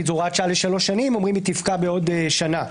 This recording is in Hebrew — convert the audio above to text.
זו הוראת שעה לשלוש שנים אומרים שתפקע בעוד שנה.